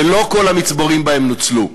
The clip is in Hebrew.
שלא כל המצבורים בהם נוצלו.